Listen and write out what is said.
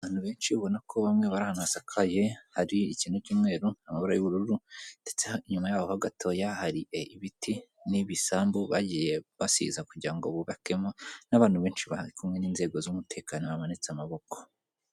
Abantu benshi ubona ko bamwe bari ahantu hasakaye, hari ikintu cy'umweru amabara y'ubururu ndetse inyuma yaho gatoya hari ibiti n'ibisambu bagiye basiza kugira ngo bubakemo, n'abantu benshi bari kumwe n'inzego z'umutekano bamanitse amaboko.